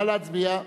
נא להצביע.